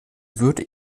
würde